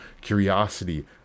curiosity